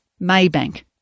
Maybank